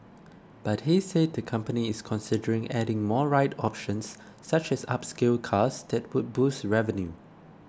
but he said the company is considering adding more ride options such as upscale cars that would boost revenue